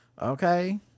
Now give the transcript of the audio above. Okay